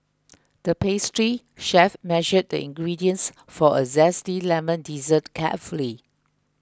the pastry chef measured the ingredients for a Zesty Lemon Dessert carefully